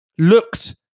looked